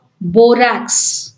borax